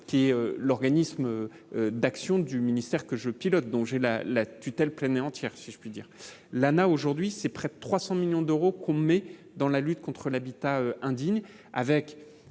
Qui l'organisme d'action du ministère que je pilote dont j'ai la la tutelle pleine et entière, si je puis dire l'aujourd'hui c'est près de 300 millions d'euros qu'on met dans la lutte contre l'habitat indigne,